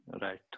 Right